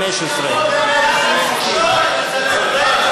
כנראה יש כאלה שזאת באמת הכוונה שלהם.